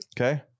Okay